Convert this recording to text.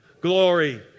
glory